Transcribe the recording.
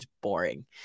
boring